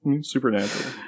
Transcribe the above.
Supernatural